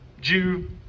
Jew